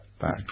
Back